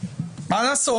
מה לעשות.